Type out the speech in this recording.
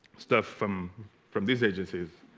stuff from from these agencies